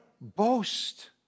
boast